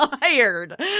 tired